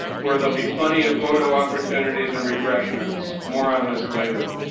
where there'll be plenty of photo opportunities and refreshments. more on this later.